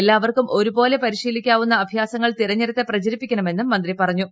എല്ലാവർക്കും ഒരുപോലെ പരിശീലിക്കാവുന്ന അഭ്യാസങ്ങൾ തെരഞ്ഞെടുത്ത് പ്രചരിപ്പിക്കണമെന്നും മന്ത്രി പറഞ്ഞു